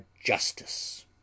JUSTICE